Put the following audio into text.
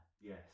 Yes